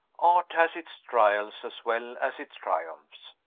art has its trials as well as its triumphs.